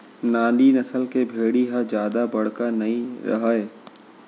नाली नसल के भेड़ी ह जादा बड़का नइ रहय